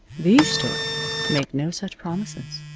these stories make no such promises.